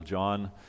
John